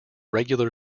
regular